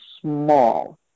small